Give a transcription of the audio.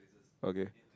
okay